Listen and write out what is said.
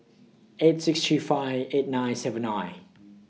eight six three five eight nine seven nine